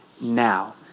now